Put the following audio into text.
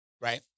right